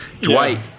Dwight